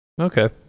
Okay